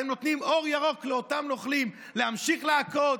נותנת אור ירוק לאותם נוכלים להמשיך לעקוץ?